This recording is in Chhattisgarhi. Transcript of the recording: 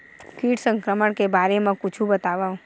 कीट संक्रमण के बारे म कुछु बतावव?